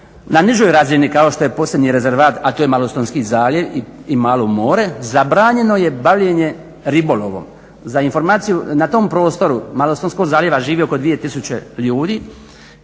na nižoj razini kao što je posebni rezervat, a to je Malostonski zaljev i Malo more zabranjeno je bavljenje ribolovom. Za informaciju na tom prostoru Malostonskog zaljeva živi oko 2000 ljudi,